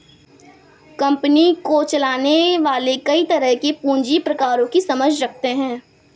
company को चलाने वाले कई तरह के पूँजी के प्रकारों की समझ रखते हैं